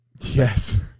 yes